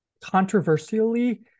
controversially